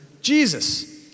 Jesus